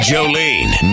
Jolene